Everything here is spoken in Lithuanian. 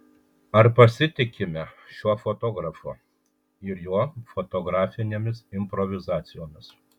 ar pasitikime šiuo fotografu ir jo fotografinėmis improvizacijomis